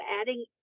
adding